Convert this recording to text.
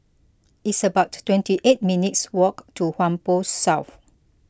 it's about twenty eight minutes' walk to Whampoa South